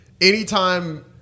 anytime